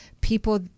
people